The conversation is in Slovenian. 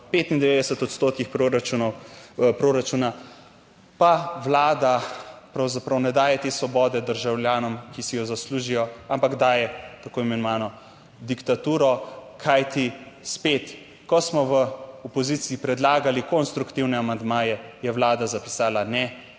95 odstotkih proračuna pa Vlada pravzaprav ne daje te svobode državljanom, ki si jo zaslužijo, ampak daje tako imenovano diktaturo, kajti spet, ko smo v opoziciji predlagali konstruktivne amandmaje, je Vlada zapisala, ne,